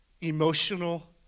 emotional